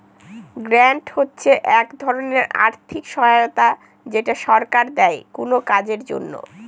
grant হচ্ছে এক ধরনের আর্থিক সহায়তা যেটা সরকার দেয় কোনো কাজের জন্য